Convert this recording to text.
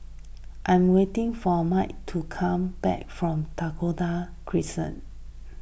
I'm waiting for Mikel to come back from Dakota Crescent